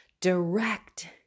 direct